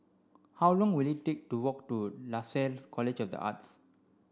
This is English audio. how long will it take to walk to Lasalle College of the Arts